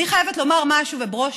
אני חייבת לומר משהו, וברושי,